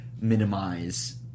minimize